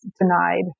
denied